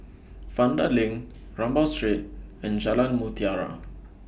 Vanda LINK Rambau Street and Jalan Mutiara